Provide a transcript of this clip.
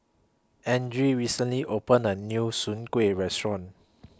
Andrea recently opened A New Soon Kueh Restaurant